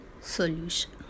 solution